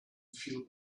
feel